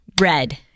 red